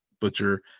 butcher